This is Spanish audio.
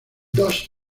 dos